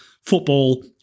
football